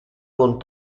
con